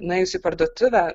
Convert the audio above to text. nuėjus į parduotuvę